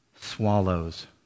swallows